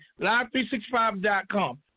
live365.com